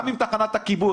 גם עם תחנת הכיבוי.